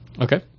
Okay